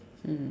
mm